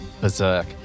berserk